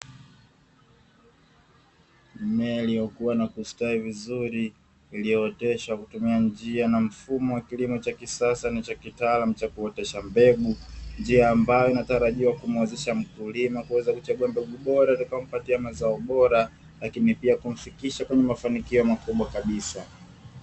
Mimea iliyokuwa na kustawi vizuri iliyooteshwa kutumia njia na mfumo wa kilimo cha kisasa ni cha kitaalam cha kuotesha mbegu. Njia ambayo natarajiwa kumuwezesha mkulima kuweza kuchagua mbegu bora kumpatia mazao bora lakini pia kumfikisha kwenye mafanikio makubwa kabisa.